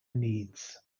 needs